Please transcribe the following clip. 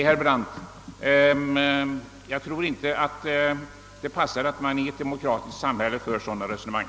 Nej, herr Brandt, jag tror inte det passar att man i ett demokratiskt samhälle för sådana resonemang.